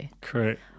Correct